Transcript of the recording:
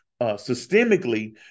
systemically